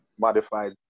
modified